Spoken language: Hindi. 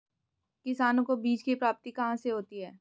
किसानों को बीज की प्राप्ति कहाँ से होती है?